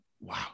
wow